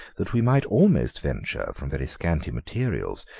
that we might almost venture, from very scanty materials,